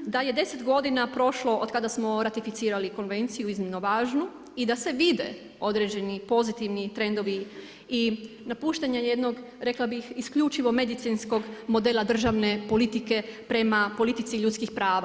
da je 10 godina prošlo otkada smo ratificirali konvenciju, iznimno važnu, i da se vide određeni pozitivni trendovi i napuštanje, rekla bih isključivo medicinskog modela državne politike prema politici ljudskih prava.